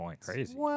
crazy